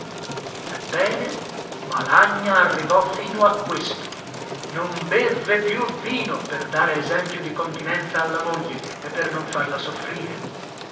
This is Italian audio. soffrire ebbene malagna arrivò fino a questo non bevve più vino per dare esempio di continenza alla moglie e per non farla soffrire